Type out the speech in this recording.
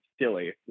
silly